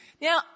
now